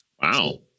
Wow